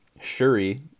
Shuri